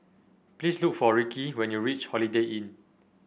please look for Rickie when you reach Holiday Inn